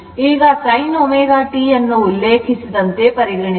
ಈಗ sin ω t ಅನ್ನು ಉಲ್ಲೇಖಿಸಿದಂತೆ ಪರಿಗಣಿಸಿ